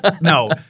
No